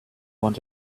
want